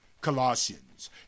Colossians